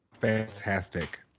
fantastic